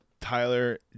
Tyler